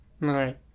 Right